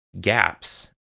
gaps